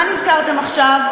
מה נזכרתם עכשיו?